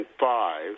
five